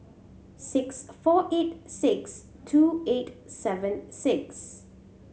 six four eight six two eight seven six